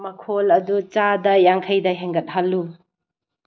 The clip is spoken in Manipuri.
ꯃꯈꯣꯜ ꯑꯗꯨ ꯆꯥꯗ ꯌꯥꯡꯈꯩꯗ ꯍꯦꯟꯒꯠꯍꯜꯂꯨ